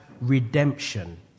redemption